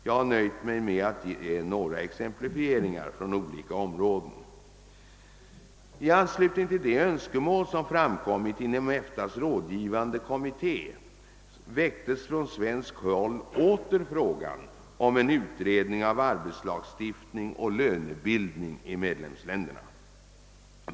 Jag har nöjt mig med att ge några exemplifieringar från olika områden. I anslutning till de önskemål som framkommit inom EFTA:s rådgivande kommitté väcktes från svenskt håll åter frågan om en utredning om arbetslagstiftning och lönebildning i medlemsländerna.